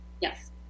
yes